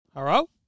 Hello